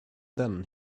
then